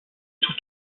tout